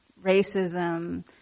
racism